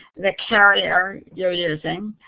the carrier you're using,